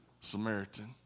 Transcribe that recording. Samaritan